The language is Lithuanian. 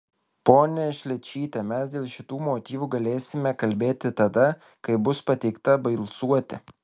ponia šličyte mes dėl šitų motyvų galėsime kalbėti tada kai bus pateikta balsuoti